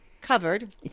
covered